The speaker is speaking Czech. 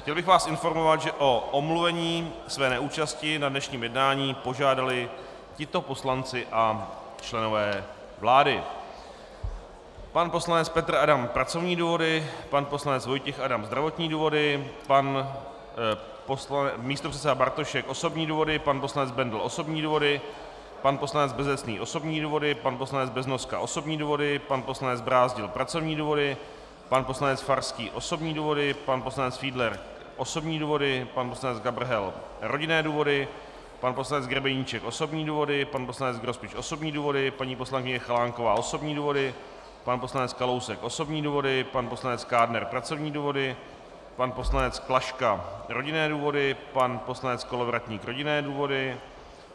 Chtěl bych vás informovat, že o omluvení své neúčasti na dnešním jednání požádali tito poslanci a členové vlády: pan poslanec Petr Adam pracovní důvody, pan poslanec Vojtěch Adam zdravotní důvody, pan místopředseda Bartošek osobní důvody, pan poslanec Bendl osobní důvody, pan poslanec Bezecný osobní důvody, pan poslanec Beznoska osobní důvody, pan poslanec Brázdil pracovní důvody, pan poslanec Farský osobní důvody, pan poslanec Fiedler osobní důvody, pan poslanec Gabrhel rodinné důvody, pan poslanec Grebeníček osobní důvody, pan poslanec Grospič osobní důvody, paní poslankyně Chalánková osobní důvody, pan poslanec Kalousek osobní důvody, pan poslanec Kádner pracovní důvody, pan poslanec Klaška rodinné důvody, pan poslanec Kolovratník rodinné důvody,